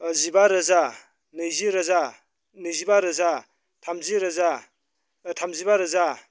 जिबा रोजा नैजि रोजा नैजिबा रोजा थामजि रोजा थामजिबा रोजा